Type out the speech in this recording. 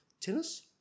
tennis